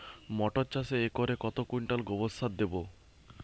মটর চাষে একরে কত কুইন্টাল গোবরসার দেবো?